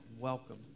welcome